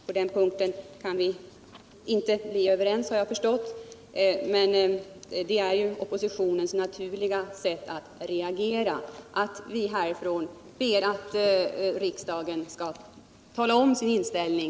På den punkten kan vi inte bli överens, har jag förstått, men det är ju oppositionens naturliga rätt att reagera och be riksdagen meddela regeringen sin inställning.